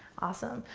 awesome.